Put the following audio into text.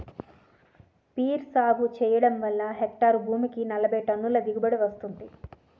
peer సాగు చెయ్యడం వల్ల హెక్టారు భూమికి నలబైటన్నుల దిగుబడీ వస్తుంది